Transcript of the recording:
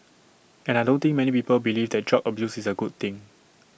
and I don't think many people believe that drug abuse is A good thing